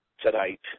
tonight